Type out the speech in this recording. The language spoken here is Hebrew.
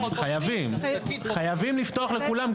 חייבים לפתוח לכולם.